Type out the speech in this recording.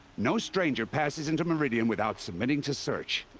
no stranger passes into meridian without submitting to search.